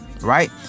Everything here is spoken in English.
right